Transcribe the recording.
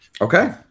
Okay